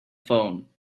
phone